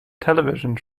television